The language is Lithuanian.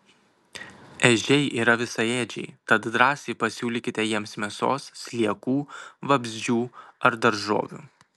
ežiai yra visaėdžiai tad drąsiai pasiūlykite jiems mėsos sliekų vabzdžių ar daržovių